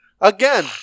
Again